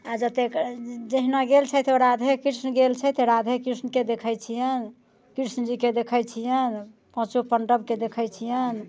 आ जतेक जहिना गेल छथि ओ राधे कृष्ण गेल छथि तऽ राधे कृष्णके देखैत छिअनि कृष्णजीके देखैत छिअनि पाँचों पाण्डवके देखैत छिअनि